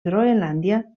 groenlàndia